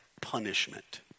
punishment